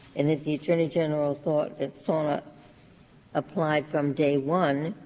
and if the attorney general thought that sorna applied from day one,